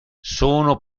sono